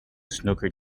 snooker